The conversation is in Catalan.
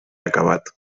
acabat